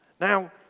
Now